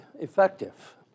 effective